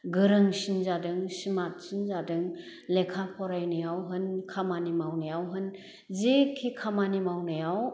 गोरोंसिन जादों स्माटसिन जादों लेखा फरायनायाव होन खामानि मावनायाव होन जिखि खामानि मावनायाव